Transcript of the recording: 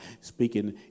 Speaking